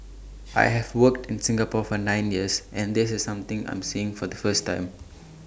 I have worked in Singapore for nine years and this is something I'm seeing for the first time